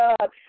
God